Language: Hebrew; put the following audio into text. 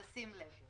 שים לב.